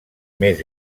més